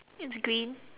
it's green